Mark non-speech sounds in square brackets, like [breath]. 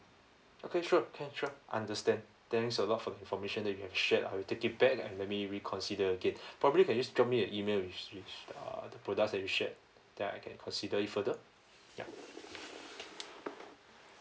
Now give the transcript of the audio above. okay sure can sure understand thanks a lot for the information that you have shared I will take it back and let me reconsider again [breath] probably can you just drop me an email which which uh the products that you shared then I can consider it further ya